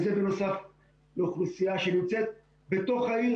וזה בנוסף לאוכלוסייה שנמצאת בתוך העיר,